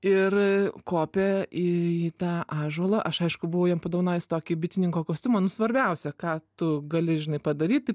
ir kopė į į tą ąžuolą aš aišku buvau jam padovanojus tokį bitininko kostiumą nu svarbiausia ką tu gali žinai padaryti